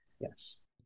Yes